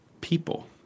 people